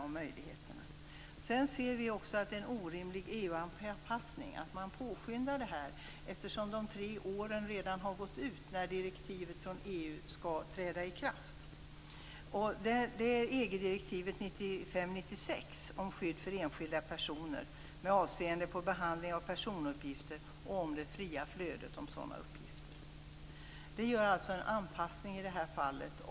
Vi anser också att det sker en orimlig EU-anpassning och att man påskyndar detta eftersom de tre åren redan har gått när direktivet från EU skall träda i kraft. Det gäller EG-direktivet 95 EG av den 24 oktober 1995 om skydd för enskilda personer med avseende på behandling av personuppgifter och om det fria flödet av sådana uppgifter. Det innebär alltså en anpassning i detta fall.